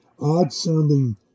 odd-sounding –